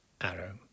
Arrow